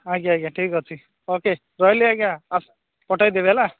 ଆଜ୍ଞା ଆଜ୍ଞା ଠିକ ଅଛି ଓକେ ରହିଲି ଆଜ୍ଞା ପଠେଇଦେବି ହେଲା